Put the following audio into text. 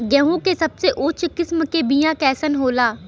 गेहूँ के सबसे उच्च किस्म के बीया कैसन होला?